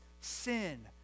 sin